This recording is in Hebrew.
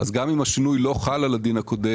אז גם אם השינוי לא חל על הדין הקודם